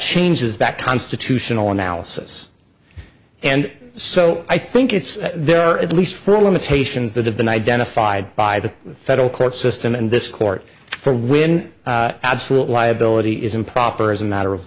changes that constitutional analysis and so i think it's there at least for the limitations that have been identified by the federal court system and this court for when absolute liability is improper as a matter of